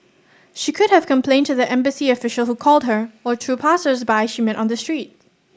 she could have complained to the embassy official who called her or to passers by she met on the street